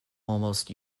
almost